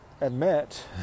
admit